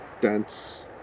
dense